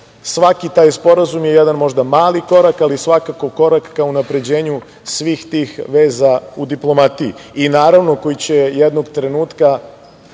svaki taj sporazum jedan možda mali korak, ali svakako korak ka unapređenju svih tih veza u diplomatiji. Naravno, koji će jednog trenutka